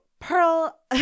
Pearl